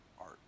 art